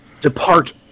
Depart